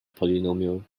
polynomial